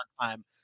time